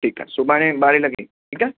ठीकु आहे सुभाणे ॿारहें लॻे ठीकु आहे